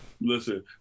Listen